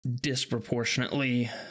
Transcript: disproportionately